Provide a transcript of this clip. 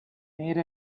made